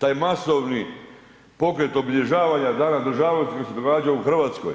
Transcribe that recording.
Taj masovni pokret obilježavanja Dana državnosti koji se događa u Hrvatskoj